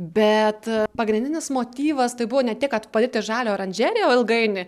bet pagrindinis motyvas tai buvo ne tiek kad padaryti žalią oranžeriją o ilgainiui